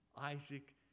Isaac